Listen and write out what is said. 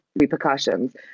repercussions